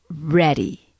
ready